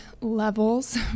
levels